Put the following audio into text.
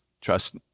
trust